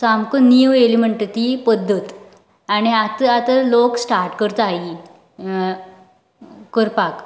सामको नीव येल्या म्हणटा ती पद्दत आनी आतां आतां लोक स्टार्ट करता ही करपाक